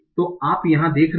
तो आप यहाँ क्या देख रहे हैं